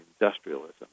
industrialism